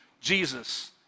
Jesus